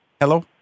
Hello